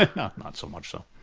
like not not so much so.